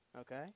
Okay